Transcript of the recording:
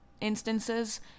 instances